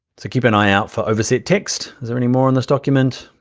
so keep an eye out for overset text. is there any more in this document?